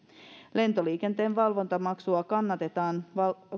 lentoliikenteen valvontamaksua